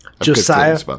Josiah